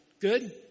Good